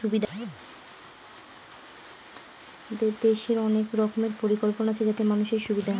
আমাদের দেশের অনেক রকমের পরিকল্পনা আছে যাতে মানুষের সুবিধা হয়